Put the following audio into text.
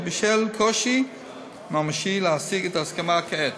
או בשל קושי ממשי להשיג את ההסכמה כעת.